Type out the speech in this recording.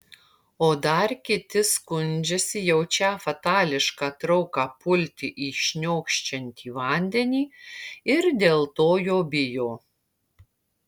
o dar kiti skundžiasi jaučią fatališką trauką pulti į šniokščiantį vandenį ir dėl to jo bijo